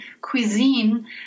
cuisine –